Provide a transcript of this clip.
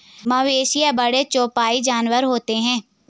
मवेशी बड़े चौपाई जानवर होते हैं